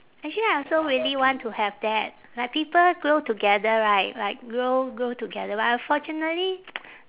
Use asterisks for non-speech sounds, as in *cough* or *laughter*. actually I also really want to have that like people grow together right like grow grow together but unfortunately *noise*